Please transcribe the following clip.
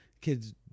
Kids